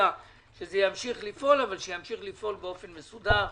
שהוא ימשיך לפעול שימשיך לפעול באופן מסודר.